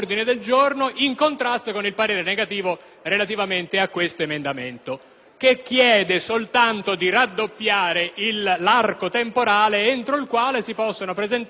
che chiede soltanto di raddoppiare l'arco temporale entro il quale si possono presentare le legittime richieste di risarcimento. Veramente non si riesce a capire.